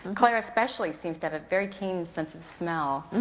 claire especially seems to have a very keen sense of smell.